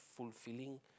~fulfilling